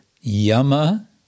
Yama